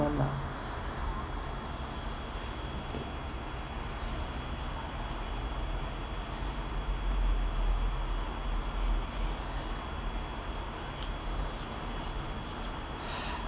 one lah